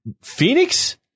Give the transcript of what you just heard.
Phoenix